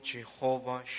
Jehovah